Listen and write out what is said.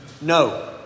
No